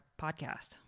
podcast